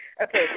Okay